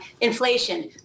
inflation